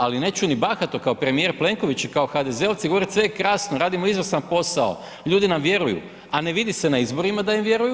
Ali neću ni bahato kao premijer Plenković i kao HDZ-ovci govorit sve je krasno, radimo izvrstan posao, ljudi nam vjeruju, a ne vidi se na izborima da im vjeruju.